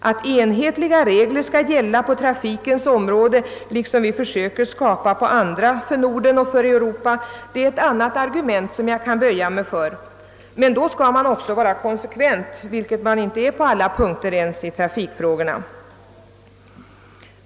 Att enhetliga regler skall gälla på trafikens område — som vi också försöker skapa på andra — för Norden och för Europa, är ett annat argument, som jag kan böja mig för, men då skall man också vara konsekvent, vilket man inte är på alla punkter ens i trafikfrågorna.